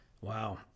Wow